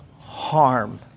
harm